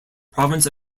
province